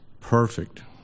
perfect